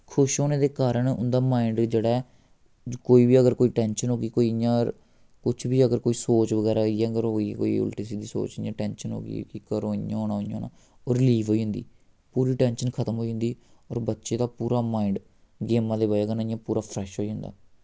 खुश होने दे कारण उं'दा माइंड जेह्ड़ा ऐ कोई बी अगर कोई टैंशन होगी कोई इ'यां कुछ बी अगर कोई सोच बगैरा होई कोई उल्टी सिद्धी सोच जि'यां टैंशन हो कि घरों इ'यां होना उ'आं होना ओह् रलीव होई जंदी पूरी टैंशन खतम होई जंदी और बच्चे दा पूरा माइंड गेमा दे वजाह् कन्नै इ'यां पूरा फ्रैश होई जंदा